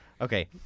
okay